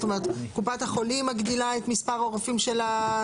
זאת אומרת קופת החולים מגדילה את מספר הרופאים שלה,